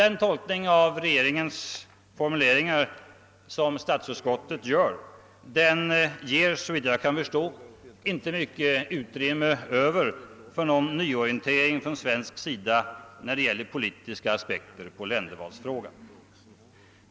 Den tolkning av regeringens formuleringar som statsutskottet gör lämnas emellertid såvitt jag kan förstå inte mycket utrymme för någon nyorientering på svenskt håll när det gäller politiska aspekter på ländervalsfrågan.